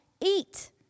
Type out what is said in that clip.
Eat